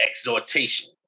exhortation